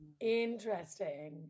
Interesting